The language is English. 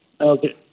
Okay